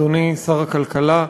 אדוני שר הכלכלה,